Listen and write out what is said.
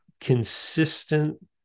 consistent